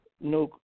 no